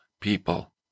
people